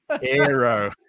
hero